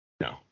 No